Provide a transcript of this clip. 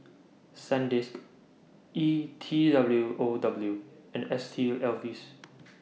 Sandisk E T W O W and S T Ives